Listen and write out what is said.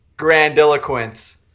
Grandiloquence